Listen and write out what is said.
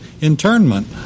internment